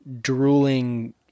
drooling